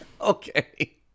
okay